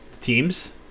teams